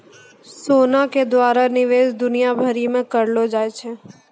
सोना के द्वारा निवेश दुनिया भरि मे करलो जाय छै